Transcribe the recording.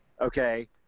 Okay